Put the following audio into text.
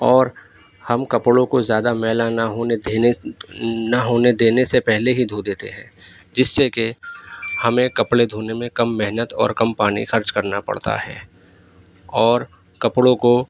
اور ہم کپڑوں کو زیادہ میلا نہ ہونے نہ ہونے دینے سے پہلے ہی دھو دیتے ہیں جس سے کہ ہمیں کپڑے دھونے میں کم محنت اور کم پانی خرچ کرنا پڑتا ہے اور کپڑوں کو